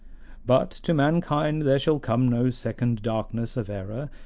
but to mankind there shall come no second darkness of error,